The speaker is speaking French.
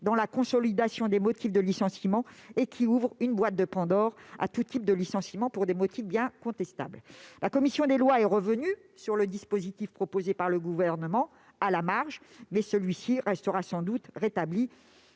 dans l'édifice consolidé des motifs de licenciement et ouvre la boîte de Pandore à tout type de licenciement pour des motifs bien contestables. La commission des lois est revenue à la marge sur le dispositif proposé par le Gouvernement, mais celui-ci sera sans doute rétabli,